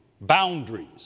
boundaries